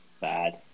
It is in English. bad